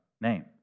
name